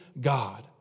God